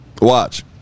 Watch